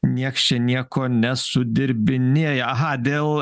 nieks čia nieko nesudirbinėja aha dėl